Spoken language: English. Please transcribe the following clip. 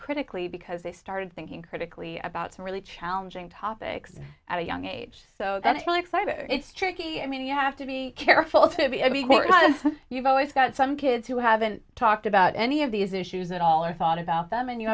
critically because they started thinking critically about some really challenging topics at a young age so that's really exciting it's tricky i mean you have to be careful to be forgotten you've always got some kids who haven't talked about any of these issues at all or thought about them and you